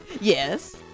Yes